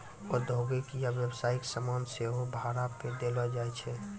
औद्योगिक या व्यवसायिक समान सेहो भाड़ा पे देलो जाय छै